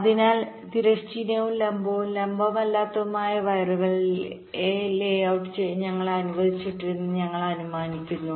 അതിനാൽ തിരശ്ചീനവും ലംബവും ലംബമല്ലാത്തതുമായ വയറുകൾ ലേ ലേ ഔട്ട് ചെയ്യാൻ ഞങ്ങളെ അനുവദിച്ചിട്ടുണ്ടെന്ന് ഞങ്ങൾ അനുമാനിക്കുന്നു